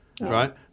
right